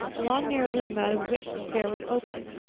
a long narrow room out of which the spare room opened.